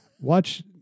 watch